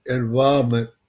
involvement